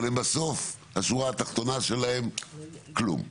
אבל בסוף הם בשורה התחתונה שלהם כלום.